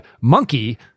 monkey